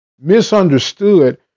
misunderstood